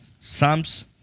Psalms